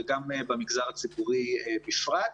וגם במגזר הציבורי בפרט.